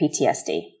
PTSD